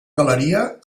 galeria